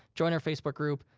join our facebook group.